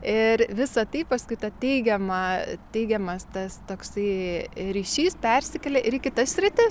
ir visa tai paskui ta teigiama teigiamas tas toksai ryšys persikelia ir į kitas sritis